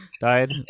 died